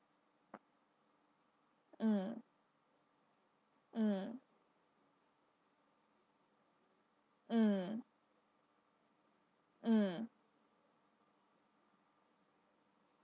mm mm mm mm